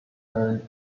earned